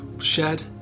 shed